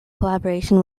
collaboration